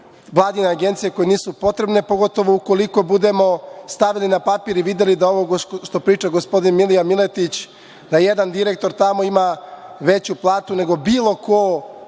vladine agencije koje nisu potrebne, pogotovo ukoliko budemo stavili na papir i videli da ovo što priča gospodin Milija Miletić, da jedan direktor tamo ima veću platu nego bilo ko